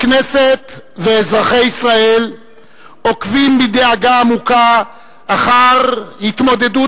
הכנסת ואזרחי ישראל עוקבים בדאגה עמוקה אחר התמודדות